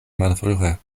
malfrue